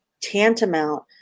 tantamount